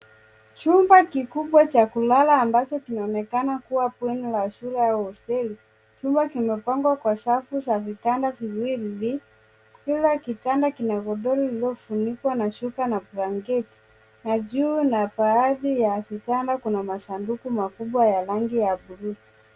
Chumba kikubwa cha kulala ambacho kinaonekana kuwa bweni la shule au hosteli. Chumba kimepangwa kwa safu za vitanda viwili. Kila kitanda kina godoro lilofunikwa kwa godoro na blanketi na juu na baadhi ya vitanda kuna masanduku makubwa ya rangi ya buluu.